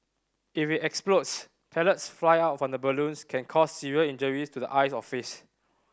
if it explodes pellets fly out of the balloon can cause serious injuries to the eyes or face